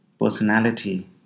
personality